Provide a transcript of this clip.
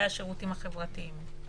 והשירותים החברתיים,